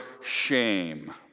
shame